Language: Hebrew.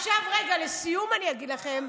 לסיום אני אגיד לכם,